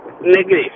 negative